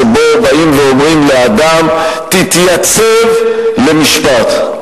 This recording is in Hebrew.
שבו באים ואומרים לאדם: תתייצב למשפט,